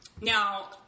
Now